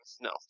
no